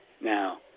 now